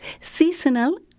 Seasonal